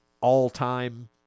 all-time